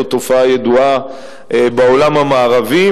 זו תופעה ידועה בעולם המערבי,